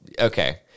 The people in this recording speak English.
Okay